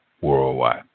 Worldwide